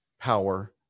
power